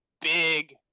big